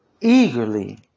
Eagerly